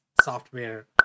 software